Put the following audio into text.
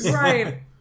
Right